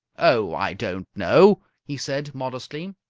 oh, i don't know, he said, modestly.